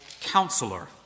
counselor